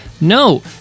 No